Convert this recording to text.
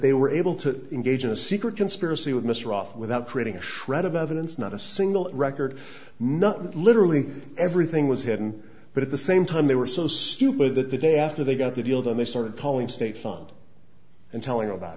they were able to engage in a secret conspiracy with mr ruff without creating a shred of evidence not a single record not literally everything was hidden but at the same time they were so stupid that the day after they got the deal done they started calling state fund and telling about